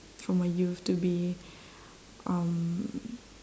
for my youth to be um